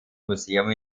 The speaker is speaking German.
museum